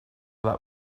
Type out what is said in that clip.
that